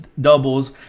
doubles